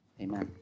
Amen